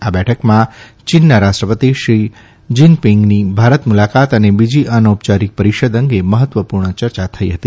આ બેઠકમાં ચીનના રાષ્ટ્રપતિ શી જિનપિંગની ભારત મુલાકાત અને બીજી અનૌપયારિક પરિષદ અંગે મહત્વપૂર્ણ ચર્ચા થઇ હતી